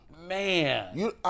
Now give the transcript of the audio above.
Man